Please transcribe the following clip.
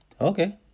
okay